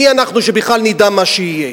מי אנחנו שבכלל נדע מה שיהיה.